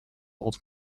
old